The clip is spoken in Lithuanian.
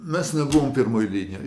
mes nebuvom pirmoj linijoj